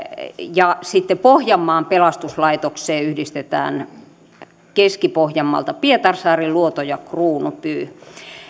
ja sitten pohjanmaan pelastuslaitokseen yhdistetään keski pohjanmaalta pietarsaari luoto ja kruunupyy